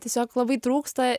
tiesiog labai trūksta